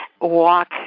walk